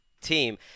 team